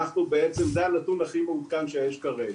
זה הנתון הכי מעודכן שיש כרגע.